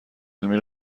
علمی